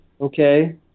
okay